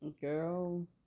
Girl